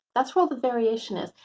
that's where the variation is.